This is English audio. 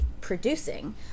producing